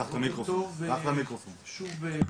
שוב,